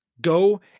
go